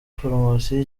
promosiyo